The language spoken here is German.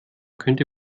könnte